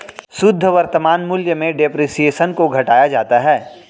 शुद्ध वर्तमान मूल्य में डेप्रिसिएशन को घटाया जाता है